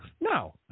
no